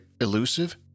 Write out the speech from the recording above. elusive